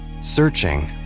Searching